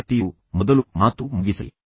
ಆ ವ್ಯಕ್ತಿಯು ಮೊದಲು ಮಾತು ಮುಗಿಸಲಿ